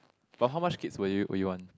but how much kids will you will you want